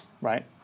right